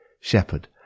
shepherd